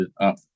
up